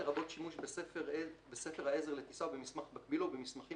לרבות שימוש בספר העזר לטיסה או במסמך מקביל לו ובמסמכים